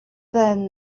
then